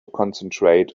concentrate